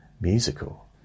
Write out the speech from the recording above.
musical